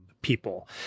people